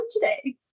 today